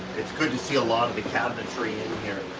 it's good to see a lot of the cabinetry in here.